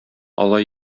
ала